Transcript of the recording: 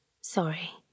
Sorry